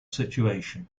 situation